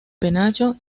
penacho